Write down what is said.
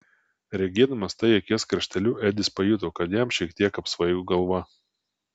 regėdamas tai akies krašteliu edis pajuto kad jam šiek tiek apsvaigo galva